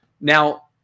now